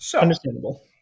Understandable